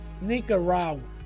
Nicaragua